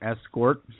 escort